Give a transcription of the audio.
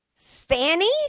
Fanny